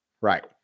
Right